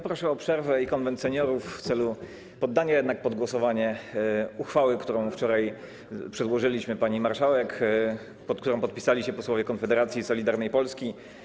Proszę o przerwę i zwołanie Konwentu Seniorów w celu poddania jednak pod głosowanie uchwały, którą wczoraj przedłożyliśmy pani marszałek, pod którą podpisali się posłowie Konfederacji i Solidarnej Polski.